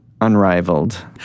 unrivaled